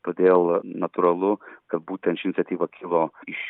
todėl natūralu kad būtent ši iniciatyva kilo iš